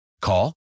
Call